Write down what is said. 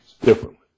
differently